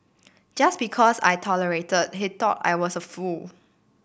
just because I tolerated he thought I was a fool